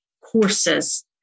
courses